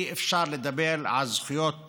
אי-אפשר לדבר על זכויות